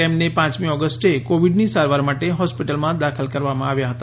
તેમને પાંચમી ઓગસ્ટે કોવિડની સારવાર માટે હોસ્પિટલમાં દાખલ કરવામાં આવ્યા હતા